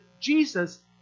Jesus